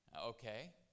Okay